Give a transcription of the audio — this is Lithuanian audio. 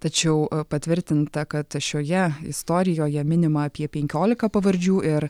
tačiau patvirtinta kad šioje istorijoje minima apie penkiolika pavardžių ir